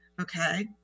okay